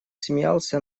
смеялся